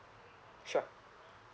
sure